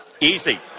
Easy